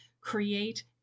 create